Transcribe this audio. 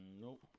Nope